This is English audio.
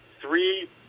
three